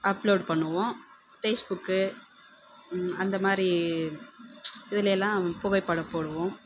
upload பண்ணுவோம் ஃபேஸ்புக்கு அந்த மாதிரி இதெலயெல்லாம் புகைப்படம் போடுவோம்